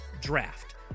Draft